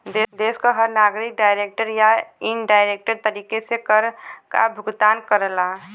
देश क हर नागरिक डायरेक्ट या इनडायरेक्ट तरीके से कर काभुगतान करला